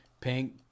pink